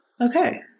Okay